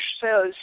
says